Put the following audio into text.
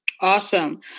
Awesome